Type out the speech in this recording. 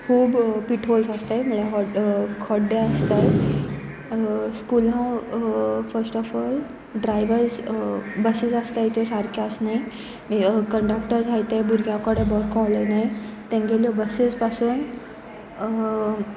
खूब पिठ होल्स आसताय म्ह्यार खोड्डे आसताय स्कुला first of all drivers buses आसताय त्यो सारक्यो आसनाय कंडक्टर आसाय ते भुरग्या कोडे बरे करून उलयनाय तेंगेल्यो बसीस पासून